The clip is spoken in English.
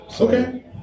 Okay